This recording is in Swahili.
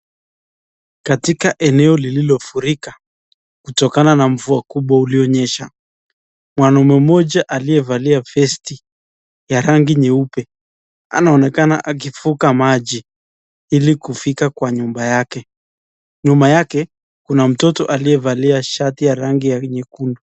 Katika eneo lililofurika kutokana na mvua kubwa ulionyesha. Mwanaume mmoja aliyevalia vesti ya rangi nyeupe anaonekana akivuka maji ilikufika kwa nyumba yake. Nyuma yake kuna mtoto aliyevalia shati ya rangi ya nyekundu.